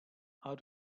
how